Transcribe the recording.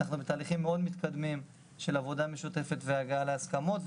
אנחנו בתהליכים מאוד מתקדמים של עבודה משותפת והגעה להסכמות.